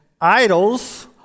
idols